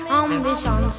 ambition